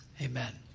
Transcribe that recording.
amen